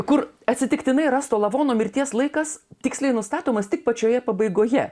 kur atsitiktinai rasto lavono mirties laikas tiksliai nustatomas tik pačioje pabaigoje